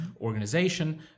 organization